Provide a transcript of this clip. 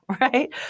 right